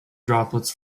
droplets